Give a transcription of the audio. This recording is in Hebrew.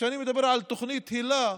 כשאני מדבר על תוכנית היל"ה,